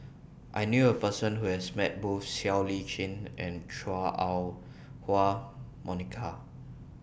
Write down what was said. I knew A Person Who has Met Both Siow Lee Chin and Chua Ah Huwa Monica